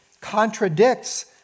contradicts